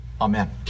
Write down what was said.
Amen